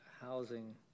housing